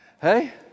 Hey